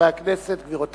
מאת חבר הכנסת זאב בילסקי,